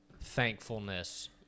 thankfulness